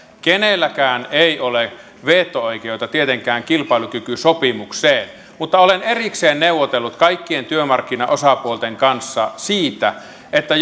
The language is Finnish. kenelläkään ei ole veto oikeutta tietenkään kilpailukykysopimukseen mutta olen erikseen neuvotellut kaikkien työmarkkinaosapuolten kanssa siitä että